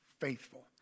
faithful